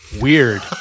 Weird